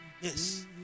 Yes